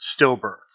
stillbirths